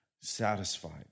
satisfied